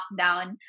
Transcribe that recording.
lockdown